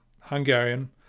Hungarian